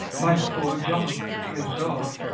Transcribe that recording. my poor dog, tresor,